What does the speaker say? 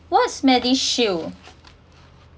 what's medishield